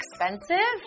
expensive